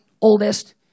oldest